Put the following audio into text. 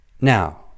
Now